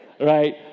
right